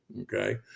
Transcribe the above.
Okay